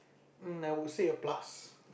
um I would say a plus